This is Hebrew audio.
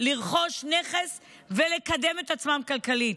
לרכוש נכס ולקדם את עצמם כלכלית.